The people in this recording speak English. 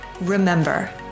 Remember